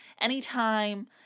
Anytime